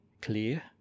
clear